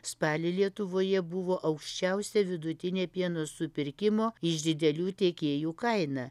spalį lietuvoje buvo aukščiausia vidutinė pieno supirkimo iš didelių tiekėjų kaina